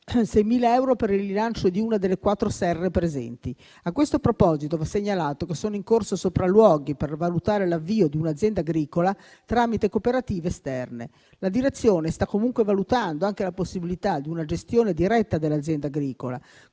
6.000 euro per il rilancio di una delle quattro serre presenti. A questo proposito, va segnalato che sono in corso sopralluoghi per valutare l'avvio di un'azienda agricola tramite cooperative esterne. La direzione sta comunque valutando anche la possibilità di una gestione diretta dell'azienda agricola,